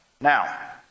Now